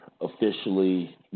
officially